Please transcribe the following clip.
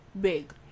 big